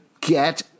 get